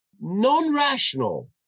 non-rational